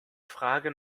frage